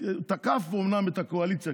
הוא אומנם תקף את הקואליציה,